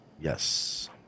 Yes